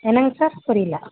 என்னங்க சார் புரியல